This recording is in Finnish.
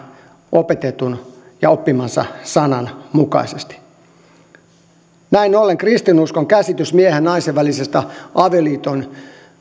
opetetun ja oppimansa sanan mukaisesti näin ollen kristinuskon käsitys miehen ja naisen välisen avioliiton